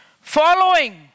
Following